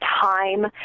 time